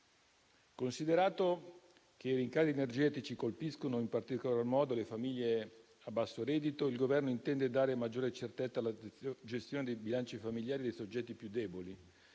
Considerato che i rincari energetici colpiscono in particolar modo le famiglie a basso reddito, il Governo intende dare maggiore certezza alla gestione dei bilanci familiari dei soggetti più deboli,